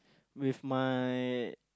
with my